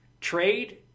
trade